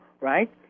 right